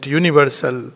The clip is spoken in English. universal